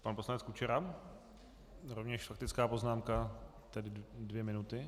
Pan poslanec Kučera, rovněž faktická poznámka, tedy dvě minuty.